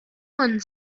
one